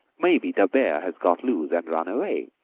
maybe the bear has got loose and run away.